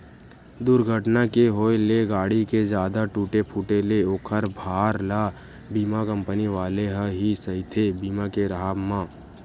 दूरघटना के होय ले गाड़ी के जादा टूटे फूटे ले ओखर भार ल बीमा कंपनी वाले ह ही सहिथे बीमा के राहब म